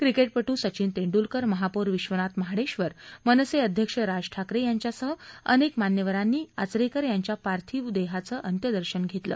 क्रिकेटपट् सघिन तेंडूलकर महापौर विधनाथ महाडेधर मनसे अध्यक्ष राज ठाकरे यांच्यासह अनेक मान्यवरांनी आचरेकर यांच्या पार्थिक देहाचं अंत्यदर्शन घेतलं